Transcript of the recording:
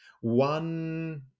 one